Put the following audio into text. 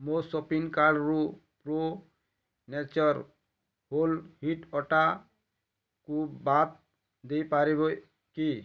ମୋ ସପିଂକାର୍ଟ୍ରୁ pro nature whole wheat ଅଟାକୁ ବାଦ ଦେଇପାରିବେ କି